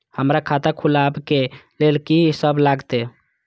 हमरा खाता खुलाबक लेल की सब लागतै?